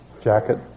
jacket